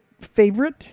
favorite